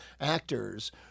actors